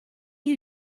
who